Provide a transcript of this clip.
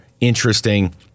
interesting